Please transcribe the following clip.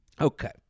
Okay